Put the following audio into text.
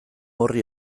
horri